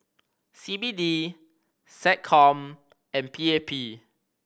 C B D SecCom and P A P